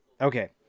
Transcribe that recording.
Okay